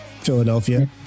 Philadelphia